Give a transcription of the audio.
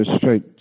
straight